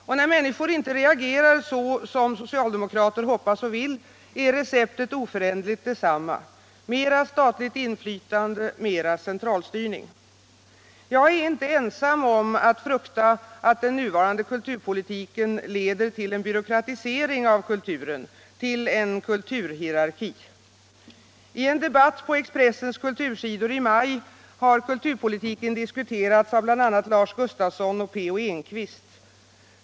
Och när människor inte reagerar så som socialdemokrater hoppas och vill är receptet oföränderligt detsamma: mer statligt inflytande, mer centralstyrning. Jag är inte ensam om att frukta att den nuvarande kulturpolitiken leder till en byråkratisering av kulturen, till en kulturhierarki. I en debatt på Expressens kultursidor i maj har kulturpolitiken diskuterats av bl.a. Lars Gustafsson och P. O. Enquist.